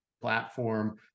platform